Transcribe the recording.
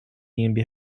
gmbh